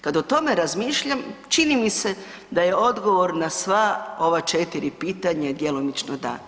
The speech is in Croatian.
Kad o tome razmišljam, čini mi se da je odgovor na sva ova 4 pitanja djelomično da.